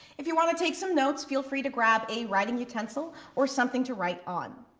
if you wanna take some notes, feel free to grab a writing utensil or something to write on.